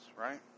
right